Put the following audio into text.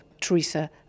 Theresa